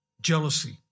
jealousy